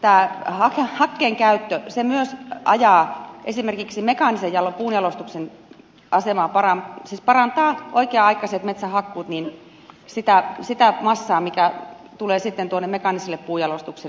tää ei käyttöä se myös ajaa esimerkiksi mekaanisen puunjalostuksen hakkeen käyttö ja oikea aikaiset metsähakkuut myös parantavat sitä massaa joka tulee sitten tuonne mekaaniselle puunjalostukselle